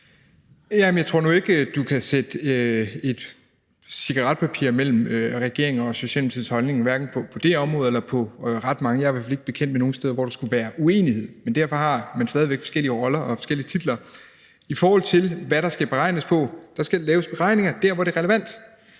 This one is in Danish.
(S): Jeg tror nu ikke, at du kan sætte et cigaretpapir mellem regeringen og Socialdemokratiets holdning hverken på det her område eller på andre områder. Jeg er i hvert fald ikke bekendt med nogen steder, hvor der skulle være en uenighed. Men man har stadig væk forskellige roller og forskellige titler. Til spørgsmålet om, hvad der skal beregnes på: Der skal laves beregninger dér, hvor det er relevant,